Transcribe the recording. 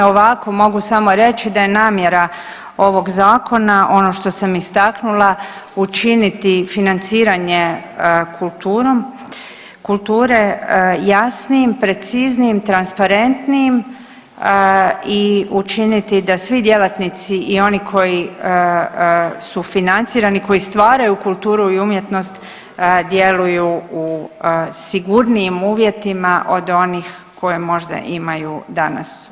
Ovako mogu samo reći da je namjera ovog Zakona ono što sam istaknula, učiniti financiranje kulture jasnijim, preciznijim, transparentnijim i učiniti da svi djelatnici i oni koji su financirani, koji stvaraju kulturu i umjetnost djeluju u sigurnijim uvjetima od onih koje možda imaju danas.